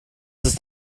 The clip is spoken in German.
ist